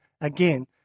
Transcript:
again